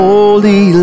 Holy